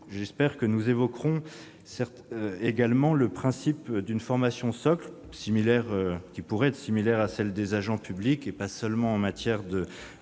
J'espère que nous évoquerons également le principe d'une formation socle qui pourrait être similaire à celle des agents publics, et pas seulement en matière de